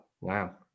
Wow